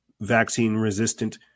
vaccine-resistant